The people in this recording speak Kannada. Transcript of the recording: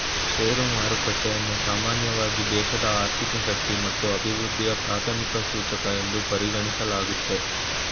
ಶೇರು ಮಾರುಕಟ್ಟೆಯನ್ನ ಸಾಮಾನ್ಯವಾಗಿ ದೇಶದ ಆರ್ಥಿಕ ಶಕ್ತಿ ಮತ್ತು ಅಭಿವೃದ್ಧಿಯ ಪ್ರಾಥಮಿಕ ಸೂಚಕ ಎಂದು ಪರಿಗಣಿಸಲಾಗುತ್ತೆ